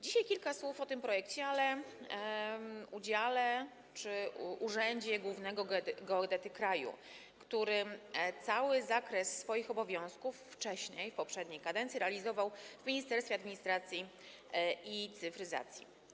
Dzisiaj kilka słów o tym projekcie, udziale czy urzędzie głównego geodety kraju, który cały zakres swoich obowiązków wcześniej, w poprzedniej kadencji, realizował w Ministerstwie Administracji i Cyfryzacji.